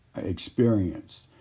experienced